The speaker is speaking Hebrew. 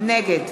נגד